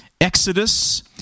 Exodus